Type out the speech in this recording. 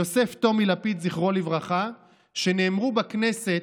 יוסף טומי לפיד זכרו לברכה, שנאמרו בכנסת,